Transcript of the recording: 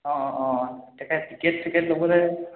অঁ অঁ অঁ তাকে টিকট চিকট ল'বলৈ